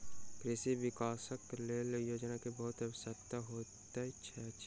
कृषि विकासक लेल योजना के बहुत आवश्यकता होइत अछि